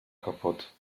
kaputt